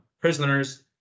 Prisoners